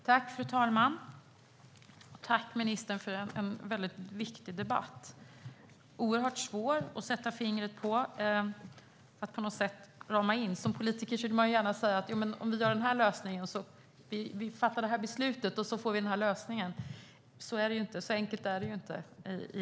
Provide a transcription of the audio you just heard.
Fru talman! Tack, ministern, för en väldigt viktig debatt som det är oerhört svårt att sätta fingret på! Som politiker vill man gärna fatta beslut för att få en viss lösning. Så enkelt är det ju inte.